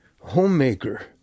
homemaker